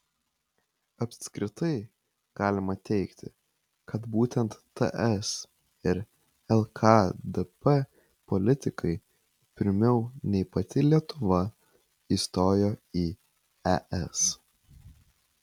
apskritai galima teigti kad būtent ts ir lkdp politikai pirmiau nei pati lietuva įstojo į es